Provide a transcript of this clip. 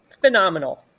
phenomenal